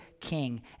king